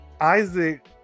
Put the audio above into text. Isaac